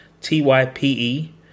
t-y-p-e